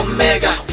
Omega